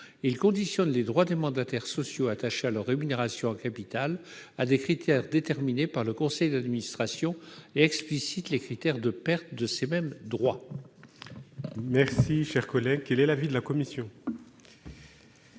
à conditionner les droits des mandataires sociaux attachés à leurs rémunérations en capital à des critères déterminés par le conseil d'administration et explicite les critères de perte de ces mêmes droits.